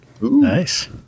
Nice